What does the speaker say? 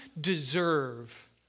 deserve